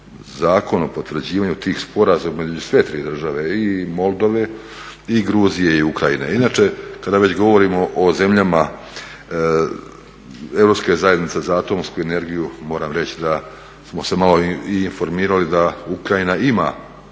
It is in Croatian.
Zakon o potvrđivanju tih sporazuma između sve tri države, i Moldove i Gruzije i Ukrajine. Inače, kada već govorimo o zemljama Europske zajednice za atomsku energiju, moram reći da smo se malo i informirali da Ukrajina ima